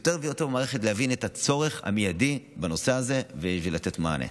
יותר ויותר במערכת להבין את הצורך המיידי בנושא הזה ולתת מענה.